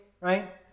right